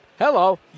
Hello